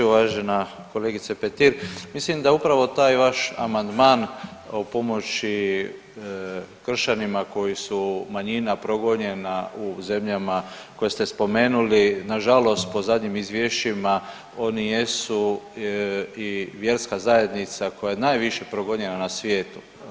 Uvažena kolegice Petir, mislim da upravo taj vaš amandman o pomoći kršćanima koji su manjina progonjena u zemljama koje ste spomenuli nažalost po zadnjim izvješćima oni jesu i vjerska zajednica koja je najviše progonjena na svijetu.